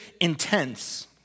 intense